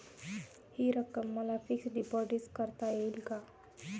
हि रक्कम मला फिक्स डिपॉझिट करता येईल का?